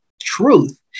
truth